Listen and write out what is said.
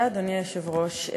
אדוני היושב-ראש,